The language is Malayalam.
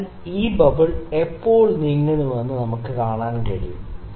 അതിനാൽ ഈ ബബിൾ എപ്പോൾ നീങ്ങുന്നുവെന്ന് നമുക്ക് കാണാൻ കഴിയും